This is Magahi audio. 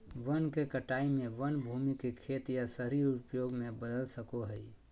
वन के कटाई में वन भूमि के खेत या शहरी उपयोग में बदल सको हइ